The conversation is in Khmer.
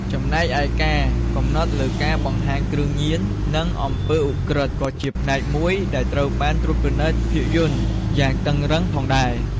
ចំណែកឯការកំណត់លើការបង្ហាញគ្រឿងញៀន និងអំពើឧក្រិដ្ឋ ក៏ជាផ្នែកមួយដែលត្រូវបានត្រួតពិនិត្យភាពយន្តយ៉ាងតឹងរ៉ឹងផងដែរ។